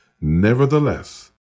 Nevertheless